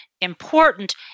important